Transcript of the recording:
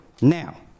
Now